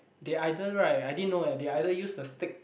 they either right I didn't know eh they either use the stick